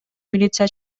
милиция